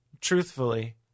truthfully